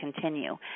continue